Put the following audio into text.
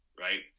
right